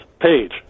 page